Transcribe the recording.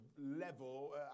level